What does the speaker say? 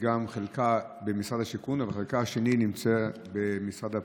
חלקה במשרד השיכון אבל חלקה השני נמצא במשרד הפנים.